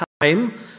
time